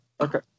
Okay